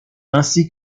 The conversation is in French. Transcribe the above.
ainsi